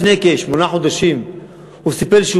לפני כשמונה חודשים הוא סיפר לי,